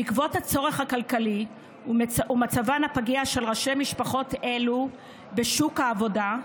בעקבות הצורך הכלכלי ומצבם הפגיע של ראשי משפחות אלו בשוק העבודה,